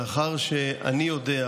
מאחר שאני יודע,